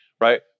right